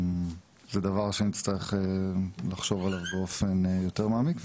אבל זה דבר שנצטרך לחשוב עליו באופן יותר מעמיק.